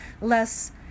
less